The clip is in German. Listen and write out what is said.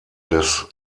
des